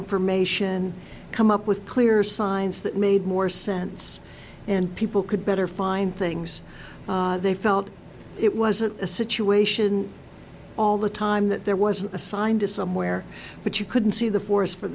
information come up with clear signs that made more sense and people could better find things they felt it wasn't a situation all the time that there was assigned to somewhere but you couldn't see the forest for